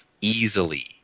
easily